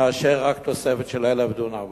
תאשר רק תוספת של 1,000 דונם,